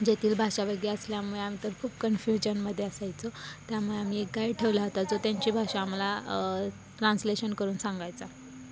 जेथील भाषा वेगळी असल्यामुळे आम्ही तर खूप कन्फ्युजनमध्ये असायचो त्यामुळे आम्ही एक गाईड ठेवला होता जो त्यांची भाषा आम्हाला ट्रान्सलेशन करून सांगायचा